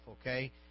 Okay